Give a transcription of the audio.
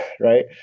right